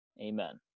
Amen